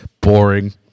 Boring